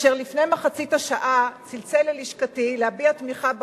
אשר לפני מחצית השעה צלצל ללשכתי להביע תמיכה בחוק,